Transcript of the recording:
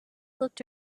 looked